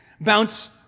bounce